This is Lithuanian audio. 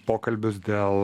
pokalbius dėl